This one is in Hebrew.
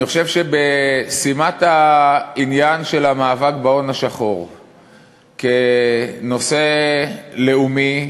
אני חושב שבשימת העניין של המאבק בהון השחור כנושא לאומי,